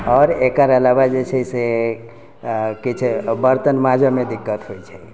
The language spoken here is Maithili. आओर एकर अलावा जे छै से किछु बर्तन माँजयमे दिक्कत होइ छै